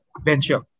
venture